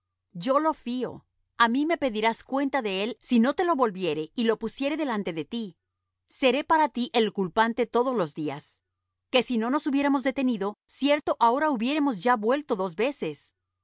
yo lo fío á mí me pedirás cuenta de él si yo no te lo volviere y lo pusiere delante de ti seré para ti el culpante todos los días que si no nos hubiéramos detenido cierto ahora hubiéramos ya vuelto dos veces